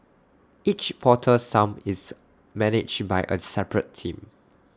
each portal sump is managed by A separate team